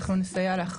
אנחנו נסייע לך.